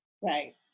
right